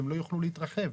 הם לא יוכלו להתרחב,